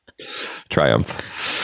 triumph